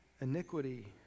iniquity